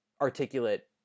articulate